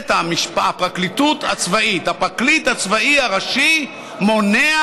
הפרקליטות הצבאית, הפרקליט הצבאי הראשי מונע